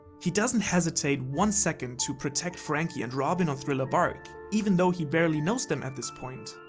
he doesn't hesitate one second to protect franky and robin on thriller bark, even though he barely knows them at this point.